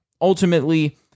ultimately